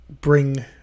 bring